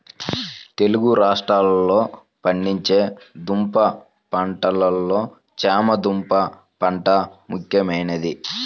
తెలుగు రాష్ట్రాలలో పండించే దుంప పంటలలో చేమ దుంప పంట ముఖ్యమైనది